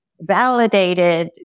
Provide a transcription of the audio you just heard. validated